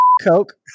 Coke